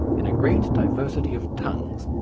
in a great diversity of tongues,